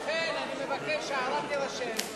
לכן, אני מבקש שההערה תירשם,